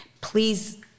please